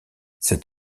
cet